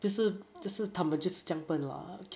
就是就是他们就是这样笨 lah